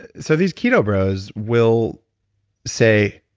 so these keto bros will say,